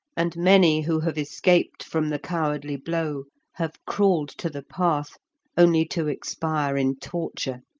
and many who have escaped from the cowardly blow have crawled to the path only to expire in torture.